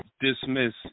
dismiss